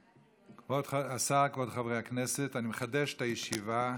כבוד השר, כבוד חברי הכנסת, אני מחדש את הישיבה,